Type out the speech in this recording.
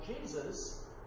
Jesus